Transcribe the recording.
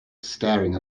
staring